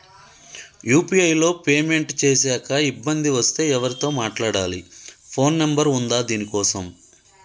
UPI లో payment చేశాక ఇబ్బంది వస్తే ఎవరితో మాట్లాడాలి? ఫోన్ నంబర్ ఉందా దీనికోసం?